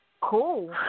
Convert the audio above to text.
cool